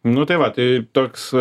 nu tai va tai toks